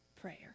prayer